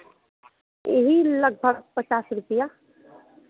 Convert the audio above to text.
यही लगभग पचास रुपैया